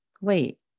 wait